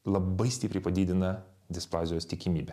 labai stipriai padidina displazijos tikimybę